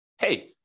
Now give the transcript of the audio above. hey